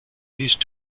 used